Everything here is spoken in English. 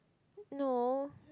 no